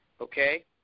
okay